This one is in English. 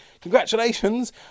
congratulations